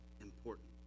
important